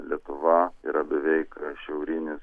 lietuva yra beveik šiaurinis